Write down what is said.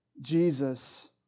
Jesus